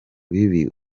bibi